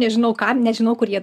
nežinau kam nežinau kur jie